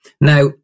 Now